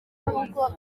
urukundo